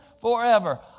forever